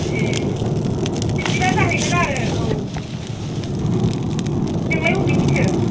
ए बिदिबा जाहैगोन आरो औ नोंलाय अबेनिथो